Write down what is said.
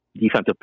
defensive